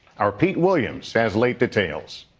our pete williams has late details.